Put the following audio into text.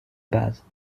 base